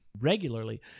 regularly